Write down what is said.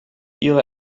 ihre